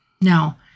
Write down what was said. Now